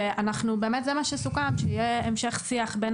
באמת זה מה שסוכם: שיהיה המשך שיח בין